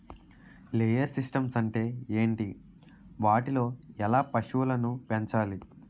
Layer systems అంటే ఏంటి? వాటిలో ఎలా పశువులను పెంచాలి?